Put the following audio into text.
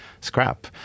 scrap